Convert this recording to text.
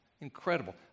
Incredible